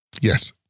Yes